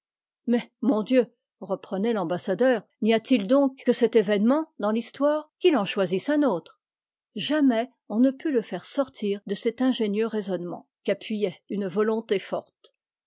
mais mon dieu reprenait l'ambassadeur n'y a-t-il donc que cet événement dans l'histoire qu'il en choisisse un autre jamais on ne put le faire sortir de cet ingénieux raisonnement qu'appuyait une volonté forte